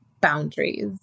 boundaries